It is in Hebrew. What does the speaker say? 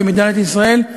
כמדינת ישראל,